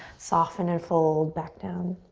soften and fold back down.